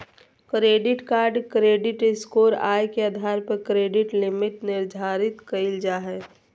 credit card credit score, आय के आधार पर क्रेडिट लिमिट निर्धारित कयल जा हइ